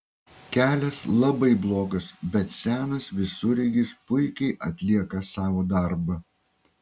kelias labai blogas bet senas visureigis puikiai atlieka savo darbą